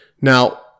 Now